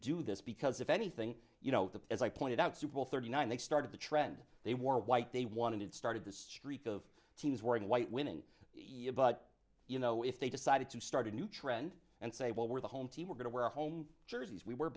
do this because if anything you know as i pointed out super bowl thirty nine they started the trend they wore white they wanted started the streak of teams wearing white winning but you know if they decided to start a new trend and say well we're the home team we're going to wear home jerseys we were